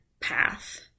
path